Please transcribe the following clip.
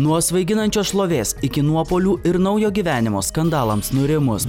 nuo svaiginančios šlovės iki nuopuolių ir naujo gyvenimo skandalams nurimus